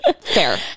Fair